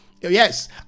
Yes